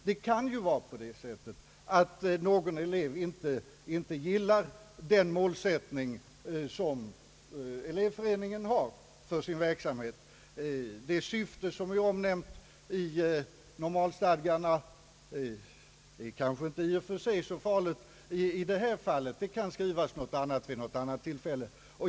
Det kan ju vara så att någon elev inte gillar den målsättning som elevföreningen har för sin verksamhet. Det syfte som är omnämnt i förslaget till normalstadga är kanske inte i och för sig så farligt, men det kan skrivas något annat vid något annat tillfälle.